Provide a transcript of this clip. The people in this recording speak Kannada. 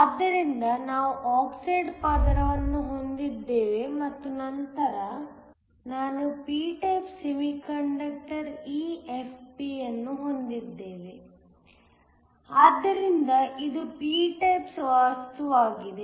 ಆದ್ದರಿಂದ ನಾವು ಆಕ್ಸೈಡ್ ಪದರವನ್ನು ಹೊಂದಿದ್ದೇವೆ ಮತ್ತು ನಂತರ ನಾನು p ಟೈಪ್ ಸೆಮಿಕಂಡಕ್ಟರ್ EFP ಅನ್ನು ಹೊಂದಿದ್ದೇವೆ ಆದ್ದರಿಂದ ಇದು p ಟೈಪ್ ವಸ್ತುವಾಗಿದೆ